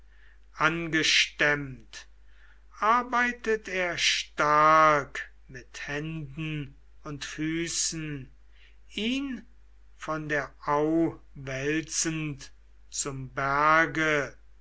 angestemmt arbeitet er stark mit händen und füßen ihn von der au aufwälzend zum berge